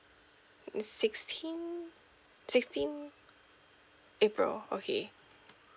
mm sixteenth sixteenth april okay